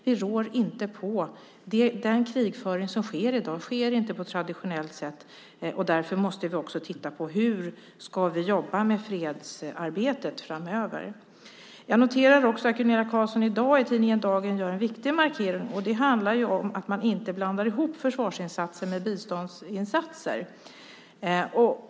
Vi rår inte på det. Den krigföring som sker i dag sker inte på traditionellt sätt, och därför måste vi också titta på hur vi ska jobba med fredsarbetet framöver. Jag noterar också att Gunilla Carlsson i dag i tidningen Dagen gör en viktig markering. Den handlar om att man inte blandar ihop försvarsinsatser med biståndsinsatser.